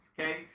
Okay